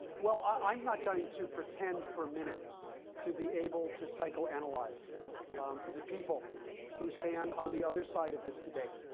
well, i'm not going to pretend for a minute to be able to psychoanalyze the people who stand on the other side of this debate.